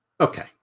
okay